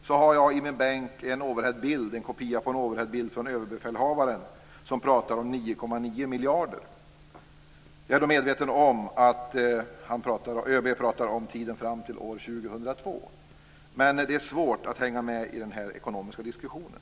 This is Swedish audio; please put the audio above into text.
Jag har dock i min bänk en kopia av en overheadbild där överbefälhavaren talar om 9,9 miljarder. Jag är medveten om att ÖB då talar om tiden fram till år 2002, men det är svårt att hänga med i den här ekonomiska diskussionen.